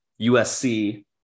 USC